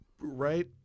right